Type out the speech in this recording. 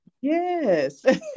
Yes